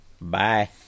Bye